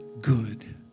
good